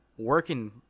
working